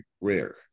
rare